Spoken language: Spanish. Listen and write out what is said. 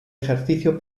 ejercicio